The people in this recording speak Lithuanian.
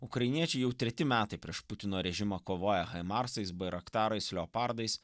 ukrainiečiai jau treti metai prieš putino režimą kovoja haimarsais bairaktarais leopardais